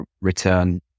return